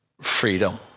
freedom